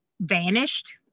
vanished